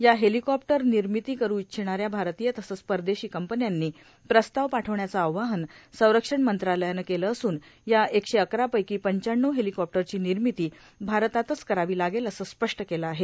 या हेलिकॉप्टरची निर्मिती करू इच्छिणाऱ्या भारतीय तसंच परदेशी कंपन्यांनी प्रस्ताव पाठवण्याचं आवाहन संरक्षण मंत्रालयानं केलं असून या एकशे अकरा पैकी पंचाण्णव हेलिकॉप्टरची निर्मिती भारतातच करावी लागेल असं स्पष्ट केलं आहे